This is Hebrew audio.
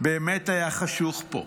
באמת היה חשוך פה,